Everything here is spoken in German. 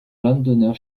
londoner